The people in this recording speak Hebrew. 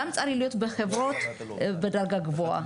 גם צריך להיות בחברות בדרגה גבוהה,